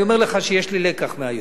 אני אומר לך שיש לי לקח מהיום.